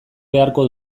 beharko